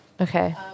Okay